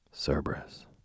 Cerberus